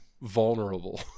vulnerable